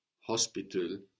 hospital